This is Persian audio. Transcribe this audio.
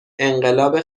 انقلاب